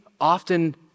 often